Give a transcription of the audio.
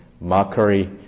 mockery